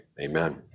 Amen